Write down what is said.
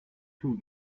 two